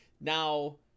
Now